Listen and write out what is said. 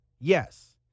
Yes